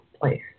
place